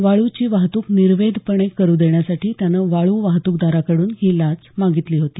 वाळूची वाहतूक निर्वेधपणे करू देण्यासाठी त्यानं वाळू वाहतूकदाराकडून ही लाच मागितली होती